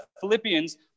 Philippians